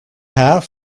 half